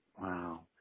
Wow